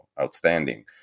outstanding